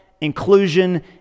inclusion